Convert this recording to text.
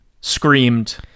screamed